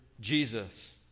Jesus